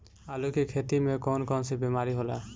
आलू की खेती में कौन कौन सी बीमारी होला?